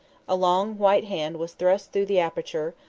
a long, white hand was thrust through the aperture,